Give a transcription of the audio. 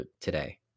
today